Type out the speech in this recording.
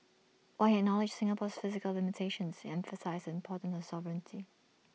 while he acknowledged Singapore's physical limitations he emphasised the importance of sovereignty